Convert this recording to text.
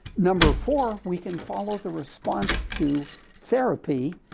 number four, we can follow the response to therapy,